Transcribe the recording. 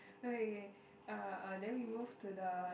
okay k uh uh then we move to the